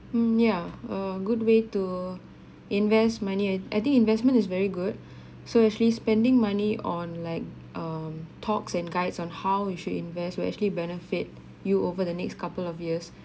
mm yeah a good way to invest money I I think investment is very good so actually spending money on like um talks and guides on how you should invest will actually benefit you over the next couple of years